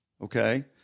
Okay